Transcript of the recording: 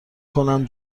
کنم